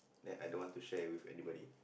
that I don't want to share with anybody